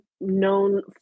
known